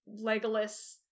Legolas